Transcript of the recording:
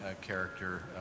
character